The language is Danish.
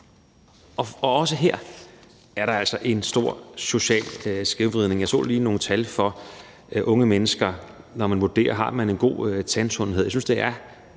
Også her er der altså en stor social skævvridning. Jeg så lige nogle tal for unge mennesker i forbindelse med vurderingen af, om de har en god tandsundhed.